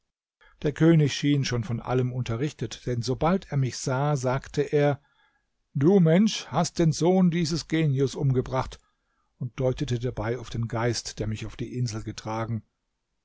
der könig schien schon von allem unterrichtet denn sobald er mich sah sagte er du mensch hast den sohn dieses genius umgebracht und deutete dabei auf den geist der mich auf die insel getragen